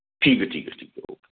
ठीक है ठीक है ठीक है ओके